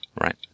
right